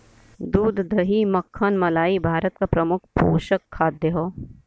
दूध दही मक्खन मलाई भारत क प्रमुख पोषक खाद्य हौ